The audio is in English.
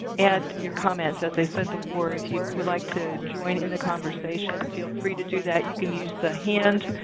add your comments. as i said before, if you would like to join in the conversation, feel free to do that. you can use the hand-raise,